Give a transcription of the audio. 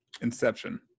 Inception